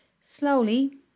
slowly